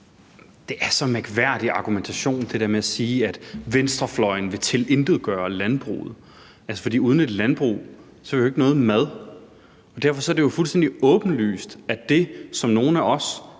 er en så mærkværdig en argumentation at sige, at venstrefløjen vil tilintetgøre landbruget. Uden et landbrug har vi jo ikke noget mad, og derfor er det fuldstændig åbenlyst, at det, som nogle af os,